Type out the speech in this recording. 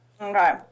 Okay